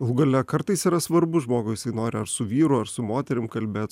galų gale kartais yra svarbu žmogui jisai nori ar su vyru ar su moterim kalbėt